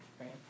right